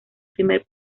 primer